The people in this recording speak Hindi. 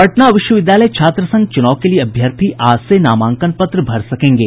पटना विश्वविद्यालय छात्र संघ चुनाव के लिए अभ्यर्थी आज से नामांकन पत्र भर सकेंगे